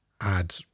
add